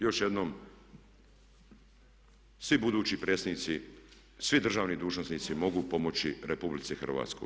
Još jednom, svi budući predsjednici, svi državni dužnosnici mogu pomoći RH.